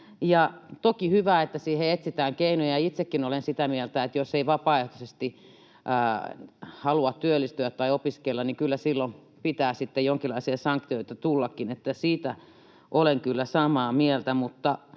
on hyvä, että siihen etsitään keinoja. Itsekin olen sitä mieltä, että jos ei vapaaehtoisesti halua työllistyä tai opiskella, niin kyllä silloin pitää sitten jonkinlaisia sanktioita tullakin, siitä olen kyllä samaa mieltä.